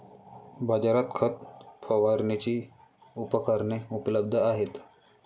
बाजारात खत फवारणीची उपकरणे उपलब्ध आहेत